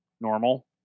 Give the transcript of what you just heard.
normal